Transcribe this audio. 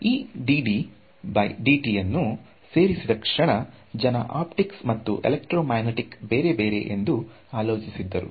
ಈ dD by dt ಅನ್ನು ಸೇರಿಸಿದ ಕ್ಷಣ ಜನ ಆಪ್ಟಿಕ್ಸ್ ಮತ್ತು ಎಲೆಕ್ಟ್ರೋ ಮ್ಯಾಗ್ನೆಟಿಕ್ ಬೇರೆಬೇರೆ ಎಂದು ಆಲೋಚಿಸಿದ್ದರು